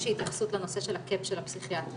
שהיא התייחסות לנושא של הקאפ של הפסיכיאטריה.